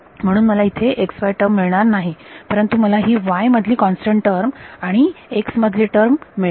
म्हणून मला इथे xy टर्म नाही मिळणार परंतु मला ही y मधील कॉन्स्टंट टर्म आणि x मधील कॉन्स्टंट टर्म मिळेल